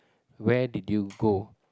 where did you go